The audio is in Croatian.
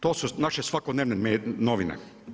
To su naše svakodnevne novine.